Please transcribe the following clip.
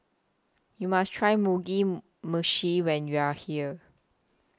YOU must Try Mugi Meshi when YOU Are here